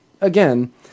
again